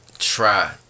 Try